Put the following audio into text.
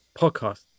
podcast